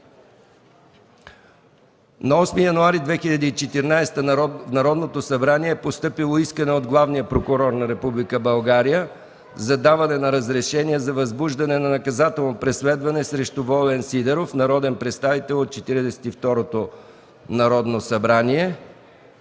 На 8 януари 2014 г. в Народното събрание е постъпило искане от Главния прокурор на Република България за даване на разрешение за възбуждане на наказателно преследване срещу Волен Сидеров – народен представител от Четиридесет